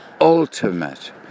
ultimate